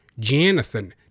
janathan